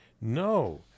No